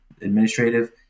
administrative